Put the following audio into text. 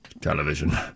Television